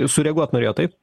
sureaguot norėjot taip